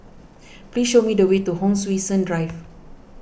please show me the way to Hon Sui Sen Drive